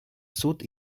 суд